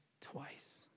twice